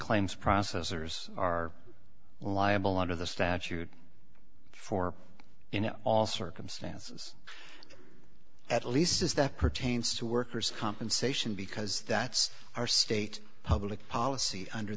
claims processors are liable under the statute for you know all circumstances at least is that pertains to workers compensation because that's our state public policy under